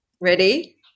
Ready